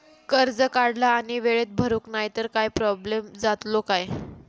कर्ज काढला आणि वेळेत भरुक नाय तर काय प्रोब्लेम जातलो काय?